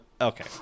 Okay